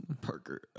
Parker